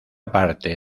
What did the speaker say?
parte